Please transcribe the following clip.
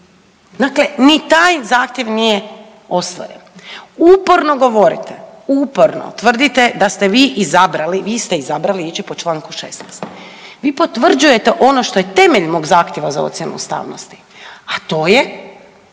dakle ni taj zahtjev nije ostvaren. Uporno govorite, uporno tvrdite da ste vi izabrali, vi ste izabrali ići po čl. 16. vi potvrđujete ono što je temelj mog zahtjeva za ocjenu ustavnosti, a to je